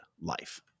life